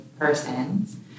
persons